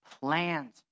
plans